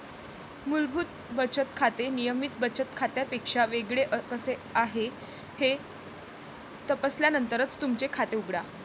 मूलभूत बचत खाते नियमित बचत खात्यापेक्षा वेगळे कसे आहे हे तपासल्यानंतरच तुमचे खाते उघडा